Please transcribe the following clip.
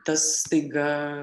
tas staiga